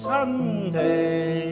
Sunday